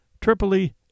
Tripoli